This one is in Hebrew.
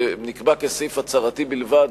ונקבע כסעיף הצהרתי בלבד,